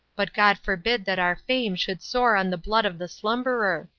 but god forbid that our fame should soar on the blood of the slumberer.